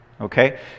okay